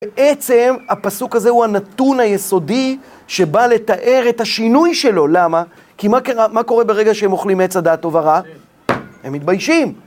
בעצם, הפסוק הזה הוא הנתון היסודי שבא לתאר את השינוי שלו. למה? כי מה קורה ברגע שהם אוכלים מעץ הדעת טוב ורע? הם מתביישים.